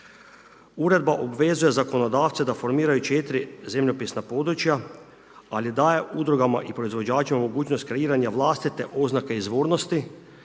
Uredba obvezuje zakonodavce da formiraju 4 zemljopisna područja, ali daje udrugama i proizvođačima mogućnost kreiranja vlastite oznake izvornosti,